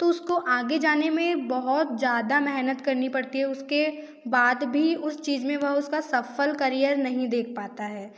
तो उसको आगे जाने में बहुत ज़्यादा मेहनत करनी पड़ती है उसके बाद भी उस चीज़ में वह उसका सफल करियर नहीं देख पाता है